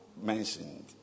mentioned